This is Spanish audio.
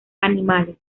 animales